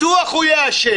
בטוח הוא יאשר.